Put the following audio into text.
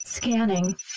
Scanning